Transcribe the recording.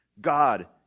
God